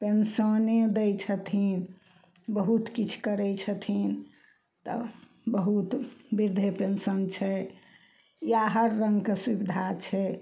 पेंशने दै छथिन बहुत किछु करय छथिन तब बहुत वृद्धे पेंशन छै या हर रङ्गके सुविधा छै